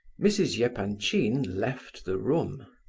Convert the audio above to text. mrs. yeah epanchin left the room.